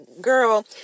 Girl